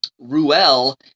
Ruel